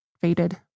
faded